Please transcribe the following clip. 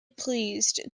pleased